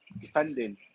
defending